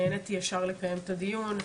נעניתי ישר לקיים את הדיון.